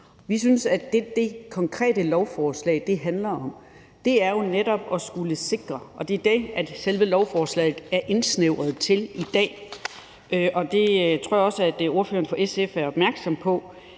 Vi synes, at det, som det konkrete lovforslag handler om, jo netop er at skulle sikre – og det er det, selve lovforslaget er indsnævret til i dag, og det tror jeg også at ordføreren for SF er opmærksom på